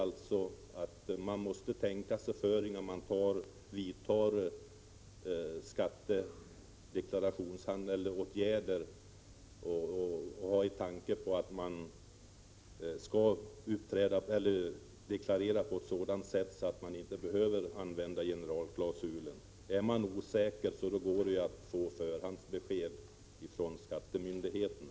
Den gör att man måste tänka sig för innan man utformar sina skattedeklarationer. Är man osäker om hur man skall göra, kan man ju begära förhandsbesked från skattemyndigheterna.